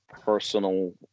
personal